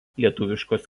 lietuviškos